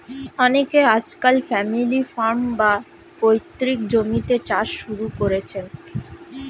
অনেকে আজকাল family farm, বা পৈতৃক জমিতে চাষ শুরু করেছেন